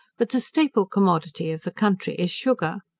but the staple commodity of the country is sugar.